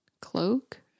cloak